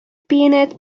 peanut